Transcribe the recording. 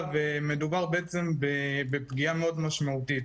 מדובר בעצם בפגיעה מאוד משמעותית.